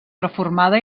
reformada